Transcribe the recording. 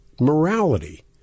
morality